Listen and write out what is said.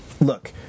look